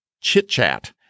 chit-chat